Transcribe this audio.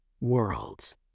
worlds